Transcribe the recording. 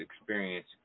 experience